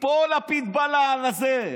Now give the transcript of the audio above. פה לפיד בא לזה,